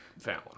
fallon